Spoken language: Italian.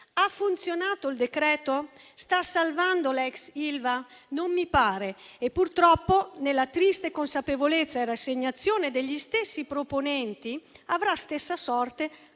Ha funzionato il decreto? Sta salvando l'ex Ilva? Non mi pare e purtroppo, nella triste consapevolezza e rassegnazione degli stessi proponenti, avrà stessa sorte